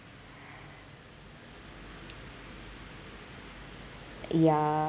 yeah